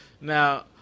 now